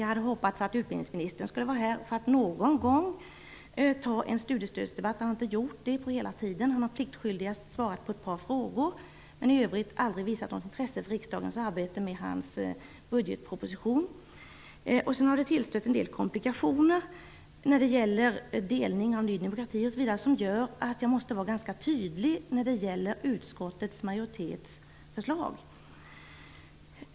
Jag hade hoppats att utbildningsministern skulle vara här för att någon gång delta i en studiestödsdebatt, vilket han inte har gjort under hela perioden. Han har pliktskyldigast svarat på ett par frågor men i övrigt aldrig visat något intresse för riksdagens arbete med hans del av budgetpropositionen. Det har tillstött en del komplikationer när det gäller delning av Ny demokrati osv. som gör att jag måste vara ganska tydlig när det gäller utskottets majoritets förslag.